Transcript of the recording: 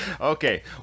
Okay